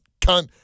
cunt